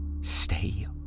Stay